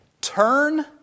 Turn